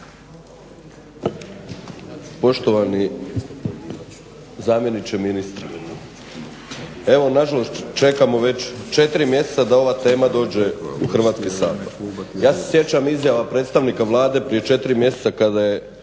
Poštovani zamjeniče ministra, evo nažalost čekamo već 4 mjeseca da ova tema dođe u Hrvatski sabor. Ja se sjećam izjava predstavnika Vlade prije 4 mjeseca kada je